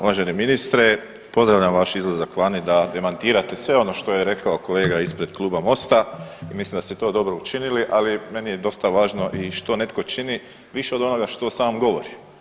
Uvaženi ministre, pozdravljam vaš izlazak vani da demantirate sve ono što je rekao kolega ispred kluba Mosta i mislim da ste to dobro učinili, ali meni je dosta važno i što netko čini više od onoga što on sam govori.